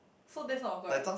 so that's not awkward right